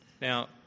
Now